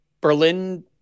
Berlin